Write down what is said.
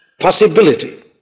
possibility